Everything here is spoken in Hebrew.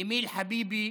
אמיל חביבי,